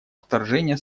вторжения